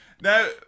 Now